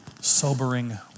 Sobering